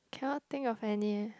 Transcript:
cannot think of any